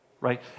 right